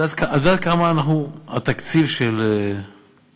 את יודעת מה תקציב הרשות